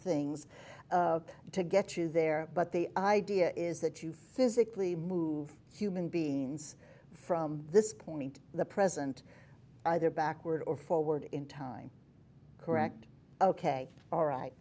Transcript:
things to get to there but they idea is that you physically move human beings from this point the present either backward or forward in time correct ok all right